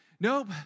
nope